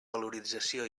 valorització